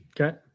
Okay